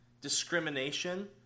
Discrimination